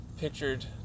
pictured